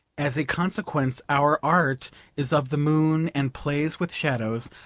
as a consequence our art is of the moon and plays with shadows,